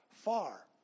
far